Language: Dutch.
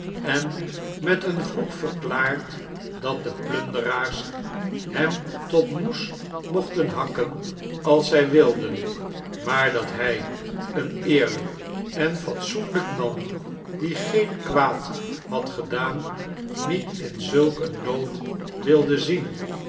en met een vloek verklaard dat de plunderaars hem tot moes mochten hakken als zij wilden maar dat hij een eerlijk en fatsoenlijk man lie geen kwaad had gedaan niet in zulk een nood wilde zien